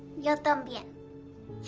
yo tambien.